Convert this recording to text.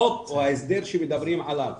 החוק או ההסדר שמדברים עליו,